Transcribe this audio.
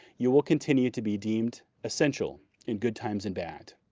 you will continue to be deemed essential in good times and bad.